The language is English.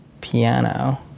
piano